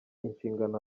inshingano